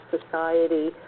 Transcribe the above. society